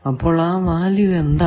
അപ്പോൾ ആ വാല്യൂ എന്താണ്